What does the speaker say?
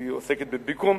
היא עוסקת ב"ביקום",